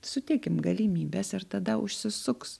suteikim galimybes ir tada užsisuks